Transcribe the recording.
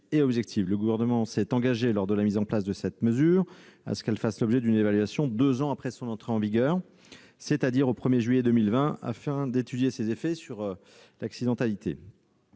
Le Gouvernement s'est engagé, lors de la mise en place de cette mesure, à ce qu'elle fasse l'objet d'une évaluation deux ans après son entrée en vigueur, c'est-à-dire au 1 juillet 2020, afin d'étudier ses effets sur l'accidentalité.